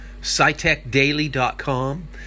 scitechdaily.com